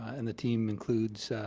and the team includes,